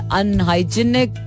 unhygienic